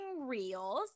reels